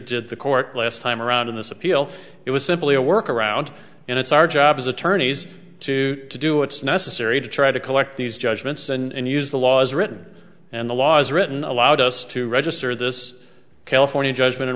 did the court last time around in this appeal it was simply a work around and it's our job as attorneys to to do what's necessary to try to collect these judgments and use the law as written and the law as written allowed us to register this california judgment in